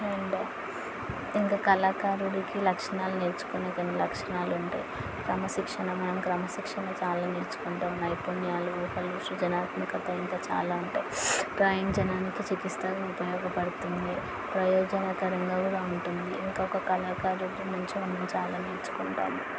and ఇంక కళాకారుడికి లక్షణాలు నేర్చుకునేవి కొన్ని లక్షణాలు ఉంటాయి క్రమశిక్షణమైన క్రమశిక్షణ చాలా నేర్చుకుంటున్న నైపుణ్యాలు ఊహలు సృజనాత్మకతలు ఇంకా చాలా ఉంటాయి డ్రాయింగ్ జనానికి చికిత్సగా ఉపయోగపడుతుంది ప్రయోజనకరంగా కూడా ఉంటుంది ఇంకొక కళాకారుడు నుంచి మనం చాలా నేర్చుకుంటాము